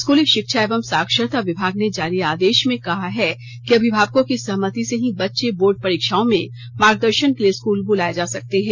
स्कूली शिक्षा एवं साक्षरता विभाग ने जारी आदेश में कहा है कि अभिभावकों की सहमति से ही बच्चे बोर्ड परीक्षाओं में मार्गदर्शन के लिए स्कूल बुलाए जा सकते हैं